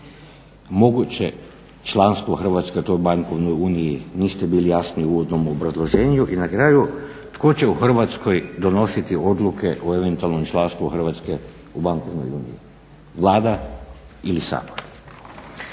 moguće članstvo Hrvatske u toj bankovnoj uniji niste bili jasni u uvodnom obrazloženju. I na kraju tko će u Hrvatskoj donositi odluke o eventualnom članstvu Hrvatske u bankovnoj uniji Vlada ili Sabor?